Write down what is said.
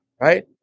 right